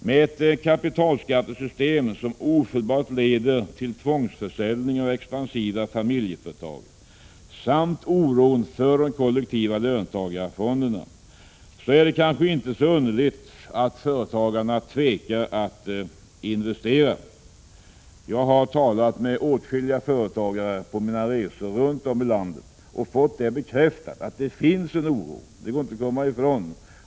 Med ett kapitalskattesystem som ofelbart leder till tvångsförsäljning av expansiva familjeföretag samt med oron för de kollektiva löntagarfonderna är det kanske inte så underligt att företagarna tvekar att investera. Jag har talat med åtskilliga företagare på mina resor runt om i landet och fått bekräftat att det finns en oro— det kan man inte komma ifrån.